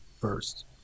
first